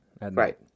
Right